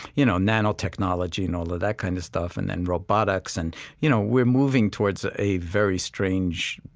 you know, nanotechnology and all of that kind of stuff and then robotics. and you know, we're moving towards a very strange